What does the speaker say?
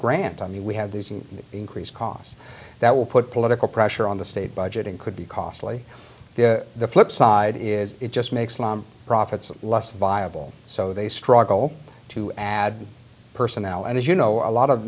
grant i mean we have these increased costs that will put political pressure on the state budget and could be costly the flip side is it just makes profits less viable so they struggle to add personnel and as you know a lot of